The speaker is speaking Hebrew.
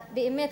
באמת,